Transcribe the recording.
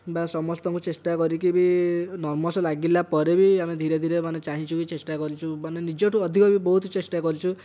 ବା ସମସ୍ତଙ୍କୁ ଚେଷ୍ଟା କରିକି ଭି ନର୍ଭସ୍ ଲାଗିଲାପରେ ଭି ଆମେ ଧୀରେ ଧୀରେ ମାନେ ଚାହିଁଛୁ କି ଚେଷ୍ଟା କରିଛୁ ମାନେ ନିଜଠାରୁ ଅଧିକ ଭି ବହୁତ ଚେଷ୍ଟା କରିଛୁ